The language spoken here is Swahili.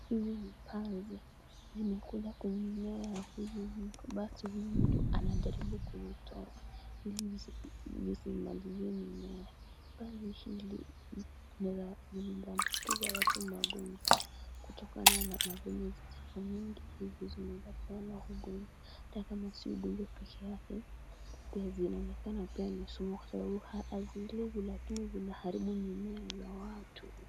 Hizi ni panzi zimekuja kwa mimea za huyu mtu, pasi huyu mtu anajaribu kuitoa hili zizimharibie mimea panzi hizi zinawezanambukiza watu magonjwa kutokana na venye ziko nyingi hivi hata kama zi ugonjwa pekee yake pia inaonekana pia lakini zinaharibu mimea za watu.